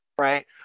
right